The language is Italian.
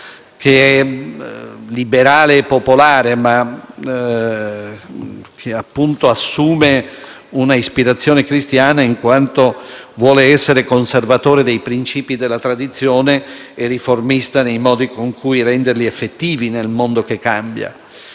liberale e popolare che, appunto, assume un'ispirazione cristiana, in quanto vuole essere conservatore dei principi della tradizione e riformista nei modi con cui renderli effettivi nel mondo che cambia,